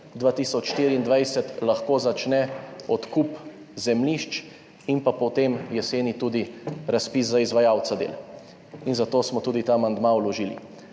2024 lahko začne odkup zemljišč in potem jeseni tudi razpis za izvajalca del. Zato smo tudi ta amandma vložili.